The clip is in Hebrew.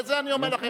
ואת זה אני אומר לכם.